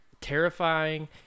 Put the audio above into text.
terrifying